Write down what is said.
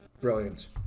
brilliant